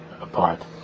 apart